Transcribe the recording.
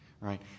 right